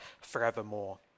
forevermore